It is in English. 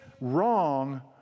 wrong